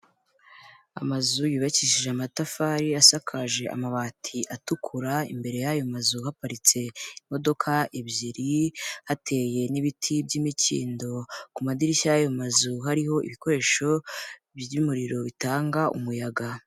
Amazu yubakishije amatafari, asakaje amabati atukura, imbere y'ayo mazu haparitse imodoka ebyiri, hateye n'ibiti by'imikindo. Ku madirishya y'ayo mazu hariho ibikoresho by'umuriro bitanga umuyaga.